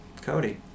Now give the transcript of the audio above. Cody